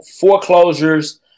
foreclosures